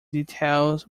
details